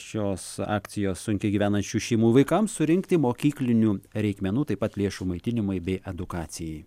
šios akcijos sunkiai gyvenančių šeimų vaikams surinkti mokyklinių reikmenų taip pat lėšų maitinimui bei edukacijai